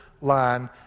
line